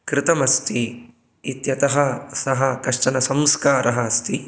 कृतम् अस्ति इत्यतः सः कश्चन संस्कारः अस्ति